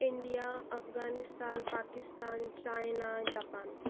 India Afghanistan Pakistan China Japan